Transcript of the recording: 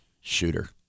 Shooter